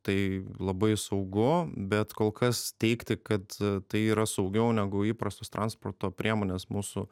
tai labai saugu bet kol kas teigti kad tai yra saugiau negu įprastos transporto priemonės mūsų